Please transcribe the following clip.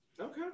Okay